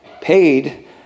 paid